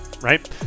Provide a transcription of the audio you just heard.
right